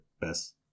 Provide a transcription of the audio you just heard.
best